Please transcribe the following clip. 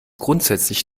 grundsätzlich